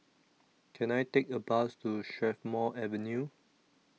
Can I Take A Bus to Strathmore Avenue